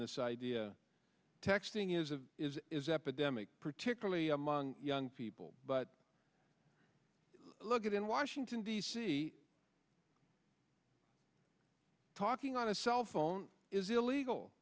this idea texting is a is is epidemic particularly among young people but look at in washington d c talking on a cell phone is illegal